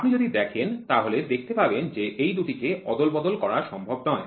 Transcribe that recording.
আপনি যদি দেখেন তাহলে দেখতে পাবেন যে এই দুটিকে অদল বদল করা সম্ভব নয়